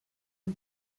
his